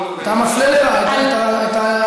אתה מפלה לרעה את העוסקים בישראל.